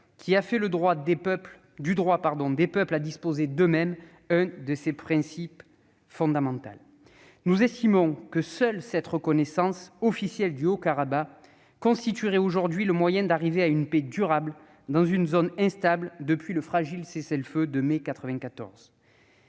qui a fait du droit des peuples à disposer d'eux-mêmes un principe fondamental ? Nous estimons qu'une telle reconnaissance officielle constitue aujourd'hui le seul moyen de parvenir à une paix durable dans une zone instable depuis le fragile cessez-le-feu de mai 1994.